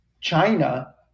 China